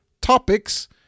topics